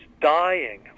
dying